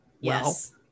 Yes